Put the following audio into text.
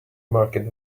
market